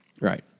Right